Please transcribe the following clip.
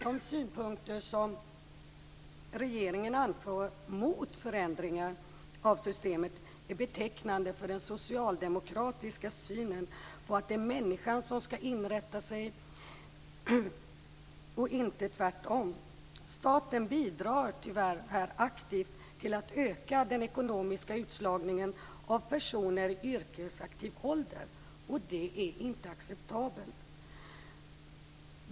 De synpunkter som regeringen anför mot förändringar av systemet är betecknande för den socialdemokratiska synen att det är människan som skall inrätta sig i systemet och inte tvärtom. Staten bidrar tyvärr här aktivt till att öka den ekonomiska utslagningen av personer i yrkesaktiv ålder, och det är inte acceptabelt.